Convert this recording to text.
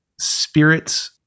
spirits